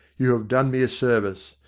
you have done me a service.